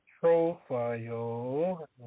profile